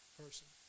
person